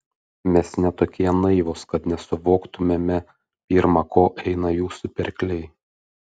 mes ne tokie naivūs kad nesuvoktumėme pirma ko eina jūsų pirkliai